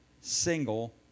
single